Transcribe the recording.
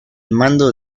mando